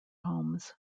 homes